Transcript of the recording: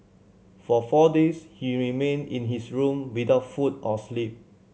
for four days he remained in his room without food or sleep